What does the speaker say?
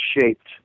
shaped